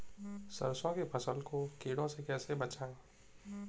सरसों की फसल को कीड़ों से कैसे बचाएँ?